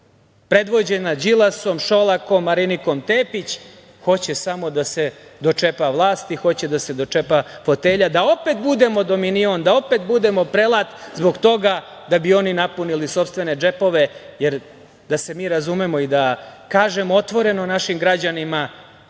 predvođena Đilasom, Šolakom, Marinikom Tepić, hoće samo da se dočepa vlasti, hoće da se dočepa fotelja, da opet budemo dominion, da opet budemo prelat zbog toga da bi oni napunili sopstvene džepove, jer, da se mi razumemo i da kažemo otvoreno našim građanima,